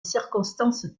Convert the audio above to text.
circonstances